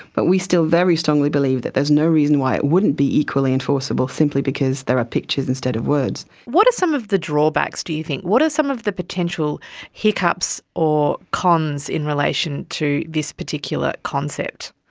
but we still very strongly believe that there is no reason why it wouldn't be equally enforceable simply because there are pictures instead of words. what are some of the drawbacks, do you think? what are some of the potential hiccups or cons in relation to this particular concept?